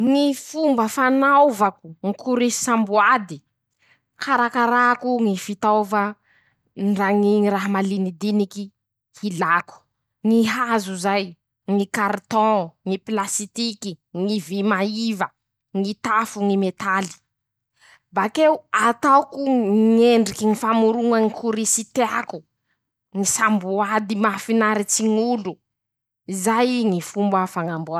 Ñy fomba fanaovako ñy korisamboady: -Karakarako ñy fitaova, ndraky ñy raha malinidiniky hilàko ñy hazo zay, ñy kariton, ñy pilasitiky, ñy vy maiva, ñy tafo ñy metaly, bakeo ataoko ñ ñ'endriky famoroñan-korisy teako, ñy samboady mahafinaritsy ñ'olo, zay ñy fomba f.